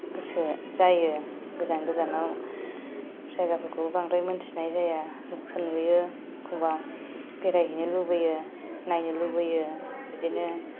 गोसो जायो गोजान गोजानाव जायगाफोरखौबो बांद्राय मिन्थिनाय जाया जेखौ नुयो एखमब्ला बेरायहैनो लुबैयो नायनो लुबैयो बिदिनो